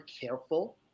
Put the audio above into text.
careful